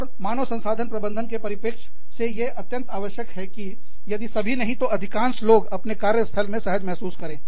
और मानव संसाधन प्रबंधक के परिप्रेक्ष्य से यह अत्यंत आवश्यक है कि यदि सभी नहीं तो अधिकांश लोग अपने कार्य स्थल में सहज महसूस करें